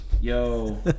Yo